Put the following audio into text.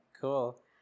Cool